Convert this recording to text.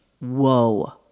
Whoa